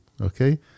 okay